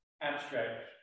abstract